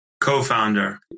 Co-founder